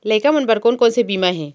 लइका मन बर कोन कोन से बीमा हे?